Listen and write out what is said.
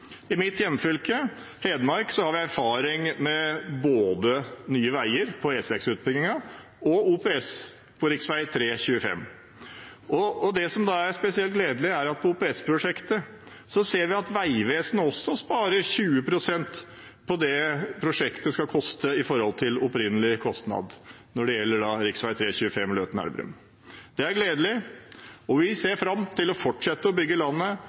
I mitt hjemfylke, Hedmark, har vi erfaring med både Nye Veier, på E6-utbyggingen, og OPS, på rv. 3/rv. 25. Det som er spesielt gledelig, er at når det gjelder OPS-prosjektet, ser vi at Vegvesenet også sparer 20 pst. i forhold til opprinnelig kostnad. Det gjelder altså rv. 3/rv. 25 Løten–Elverum. Det er gledelig, og vi ser fram til å fortsette å bygge landet